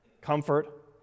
comfort